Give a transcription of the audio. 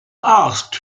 asked